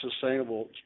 sustainable